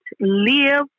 live